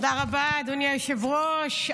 תודה רבה, אדוני היושב-ראש.